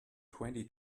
twenty